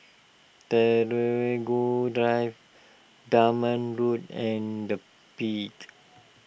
Drive Dunman Road and the Peak